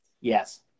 yes